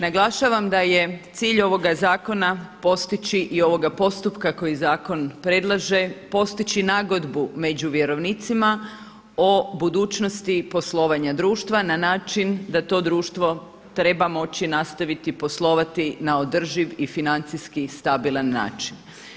Naglašavam da je cilj ovoga zakona postići i ovoga postupka koji zakon predlaže postići nagodbu među vjerovnicima o budućnosti poslovanja društva na način da to društvo treba moći nastaviti poslovati na održiv i financijski stabilan način.